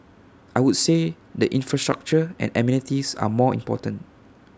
I would say the infrastructure and amenities are more important